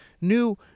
new